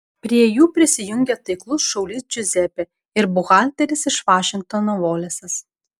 prie jų prisijungia taiklus šaulys džiuzepė ir buhalteris iš vašingtono volesas